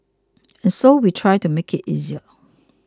and so we try to make it easier